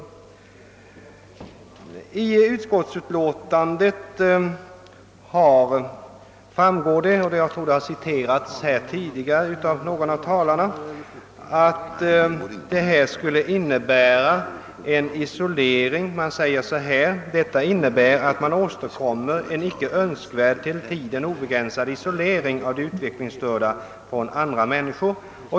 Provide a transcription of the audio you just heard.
Av utskottsutlåtandet framgår — och det har citerats här tidigare av någon av talarna — att utredningsförslagets genomförande skulle innebära en isolering. Det sägs där: »Detta innebär att man åstadkommer en icke önskvärd, till tiden obegränsad isolering av de utvecklingsstörda från andra människor.